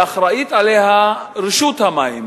שאחראית לה רשות המים,